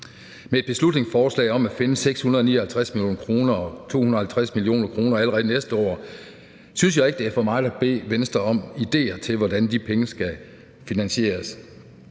Med et beslutningsforslag om at finde 659 mio. kr., og 250 mio. kr. allerede næste år, synes jeg ikke, det er for meget at bede Venstre om at komme med idéer til, hvordan de penge skal findes.